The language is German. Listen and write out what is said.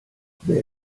wer